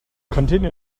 continue